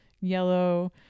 yellow